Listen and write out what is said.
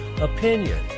opinion